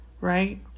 Right